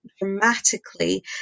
dramatically